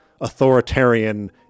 authoritarian